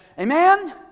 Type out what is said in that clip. Amen